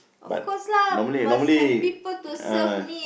but normally normally uh